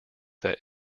that